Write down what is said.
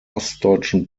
ostdeutschen